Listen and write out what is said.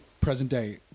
present-day